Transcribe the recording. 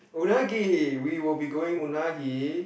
unagi we will be going unagi